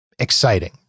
Exciting